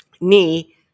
knee